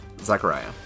Zachariah